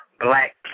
Black